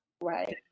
Right